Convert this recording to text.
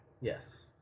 Yes